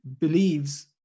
believes